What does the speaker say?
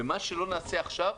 אם לא נעשה עכשיו,